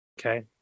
Okay